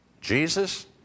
Jesus